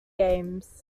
games